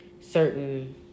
certain